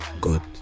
God